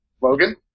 Logan